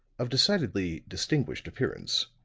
of decidedly distinguished appearance.